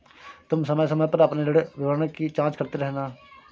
तुम समय समय पर अपने ऋण विवरण की जांच करते रहना